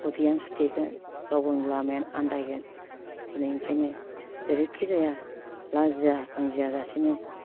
उदैआनो सुथेगोन गाव गावनि लामायानो आन्दायगोन दिनै ओंखायनो जेरैखि जाया लाजिया फांजिया जासिनो